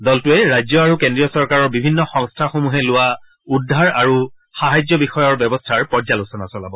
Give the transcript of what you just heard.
দলটোৱে ৰাজ্য আৰু কেন্দ্ৰীয় চৰকাৰৰ বিভিন্ন সংস্থাসমূহে লোৱা উদ্ধাৰ আৰু সাহায্য বিষয়ৰ ব্যৱস্থাৰ পৰ্যালোচনা চলাব